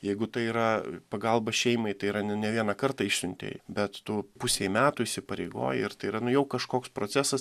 jeigu tai yra pagalba šeimai tai yra nu ne vieną kartą išsiuntei bet tu pusei metų įsipareigoji ir tai yra nu jau kažkoks procesas